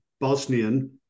Bosnian